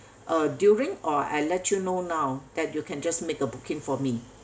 uh during or I let you know now that you can just make a booking for me